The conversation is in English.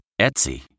Etsy